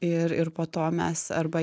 ir ir po to mes arba